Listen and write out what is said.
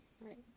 Right